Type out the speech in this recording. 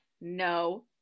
no